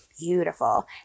Beautiful